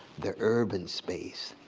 the urban space,